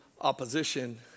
opposition